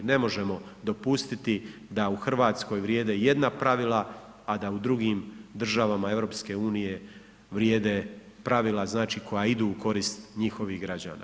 Ne možemo dopustiti da u Hrvatskoj vrijede jedna pravila, a da u drugim državama EU vrijede pravila znači, koja idu u korist njihovih građana.